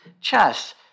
Chess